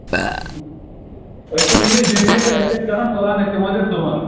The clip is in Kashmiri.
أسۍ چھِ وٕنکٮ۪س جمے تہٕ أسۍ ٲسۍ کران پٕلان أسۍ یِمو تیٚلہِ صُبحس